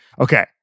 Okay